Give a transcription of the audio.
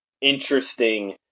interesting